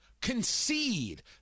concede